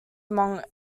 among